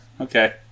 Okay